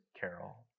carol